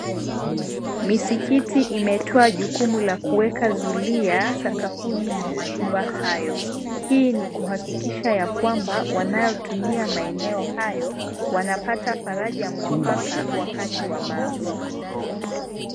Misiskiti imetoa jukumu la kuweka zulia sakafuni mwa majumba hayo. Hii ni kuhakikisha yakwamba wanotumia maeneo hayo wanapata faraja mwafaka wakati wa maabudu.